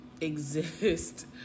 exist